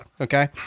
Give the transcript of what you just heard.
okay